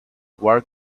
work